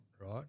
right